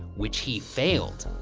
which he failed,